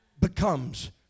becomes